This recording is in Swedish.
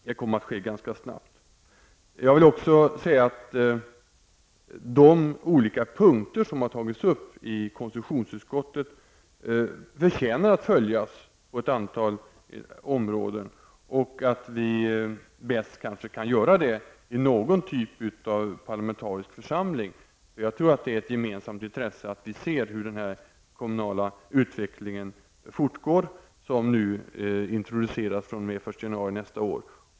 Det kommer att ske ganska snabbt. Jag vill också säga att de olika punkter som har tagits upp i konstitutionsutskottet förtjänar att följas och att vi kanske gör det bäst i någon typ av parlamentarisk församling. Jag tror att det är ett gemensamt intresse att vi ser hur den kommunala utveckling fortgår som nu introduceras fr.o.m. den 1 januari nästa år.